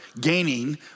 gaining